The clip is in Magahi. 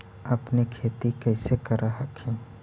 अपने खेती कैसे कर हखिन?